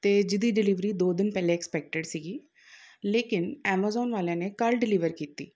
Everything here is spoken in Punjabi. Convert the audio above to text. ਅਤੇ ਜਿਹਦੀ ਡਿਲੀਵਰੀ ਦੋ ਦਿਨ ਪਹਿਲੇ ਐਕਸਪੈਕਟਿਡ ਸੀਗੀ ਲੇਕਿਨ ਐਮਾਜ਼ੋਨ ਵਾਲਿਆਂ ਨੇ ਕੱਲ੍ਹ ਡਿਲੀਵਰ ਕੀਤੀ